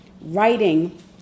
writing